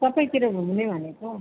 सबैतिर घुम्ने भनेको